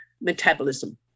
metabolism